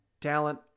talent